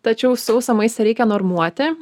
tačiau sausą maistą reikia normuoti